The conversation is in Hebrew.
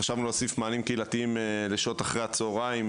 חשבנו להוסיף מענים קהילתיים לשעות אחרי הצוהריים,